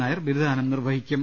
നായർ ബിരുദദാനം നിർവ്വഹിക്കും